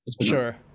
Sure